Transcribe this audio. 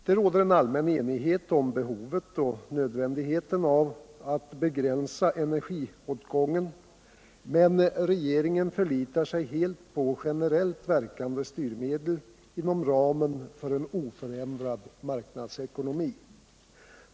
Det råder en allmän enighet om behovet och nödvändigheten av att begränsa energiåtgången, men regeringen förlitar sig helt på generellt verkande styrmedel inom ramen för en oförändrad marknadsekonomi.